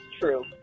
true